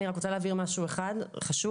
אני רוצה להבהיר דבר אחד חשוב.